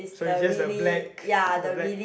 so it's just the black the black